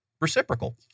reciprocal